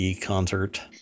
concert